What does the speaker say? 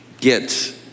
get